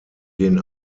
denen